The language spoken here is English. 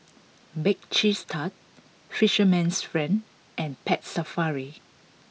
Bake Cheese Tart Fisherman's Friend and Pet Safari